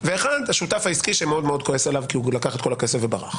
ואחד השותף העסקי שהוא מאוד כועס עליו כי הוא לקח את כל הכסף וברח.